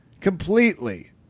completely